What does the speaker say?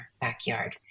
backyard